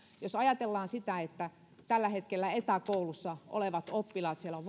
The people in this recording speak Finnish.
jos ajatellaan tällä hetkellä etäkoulussa olevia oppilaita siellä on